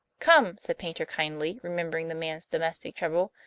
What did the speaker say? come! said paynter kindly, remembering the man's domestic trouble.